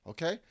Okay